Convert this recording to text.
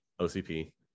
OCP